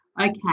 Okay